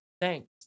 thanks